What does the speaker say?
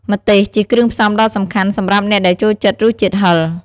ម្ទេសជាគ្រឿងផ្សំដ៏សំខាន់សម្រាប់អ្នកដែលចូលចិត្តរសជាតិហឹរ។